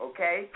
Okay